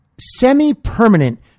semi-permanent